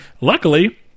luckily